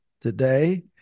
today